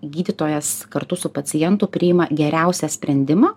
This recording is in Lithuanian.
gydytojas kartu su pacientu priima geriausią sprendimą